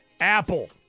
Apple